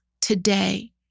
today